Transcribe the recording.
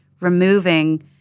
removing